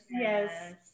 Yes